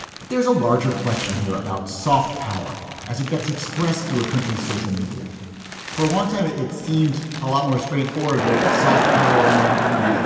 but there's a larger question here about soft power as it gets expressed through a country's social media for a long time. it it seems a lot more straightforward where soft power meant, you know,